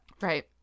right